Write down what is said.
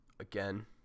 again